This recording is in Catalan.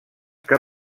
que